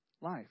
life